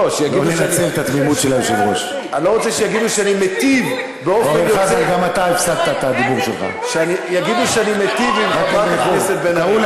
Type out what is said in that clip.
אני לא רוצה שיגידו שאני מיטיב באופן יוצא דופן עם חברת הכנסת בן ארי.